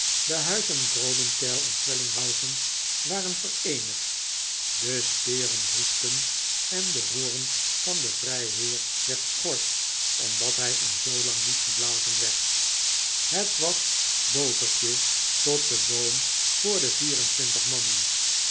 de huizen grobenkeil en schwellinghausen waren vereenigd de speren roestten en de hoorn van den vrijheer werd schor omdat hij in zoolang niet geblazen werd het was botertje tot den boom voor de vier en twintig mannen